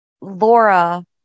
Laura